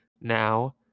now